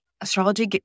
astrology